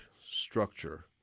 Structure